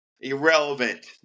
Irrelevant